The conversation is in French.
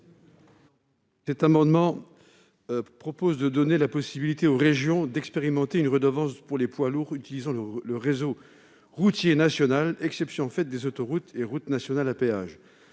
Il est proposé de donner aux régions la possibilité d'expérimenter une redevance pour les poids lourds utilisant le réseau routier national, exception faite des autoroutes et routes nationales à péage.